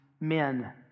men